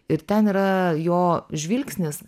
ir ten yra jo žvilgsnis